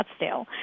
Scottsdale